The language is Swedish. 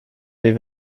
dig